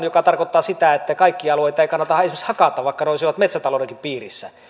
mikä tarkoittaa sitä että kaikkia alueita ei kannata esimerkiksi hakata vaikka ne olisivat metsätaloudenkin piirissä